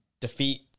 defeat